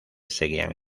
seguían